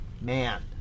man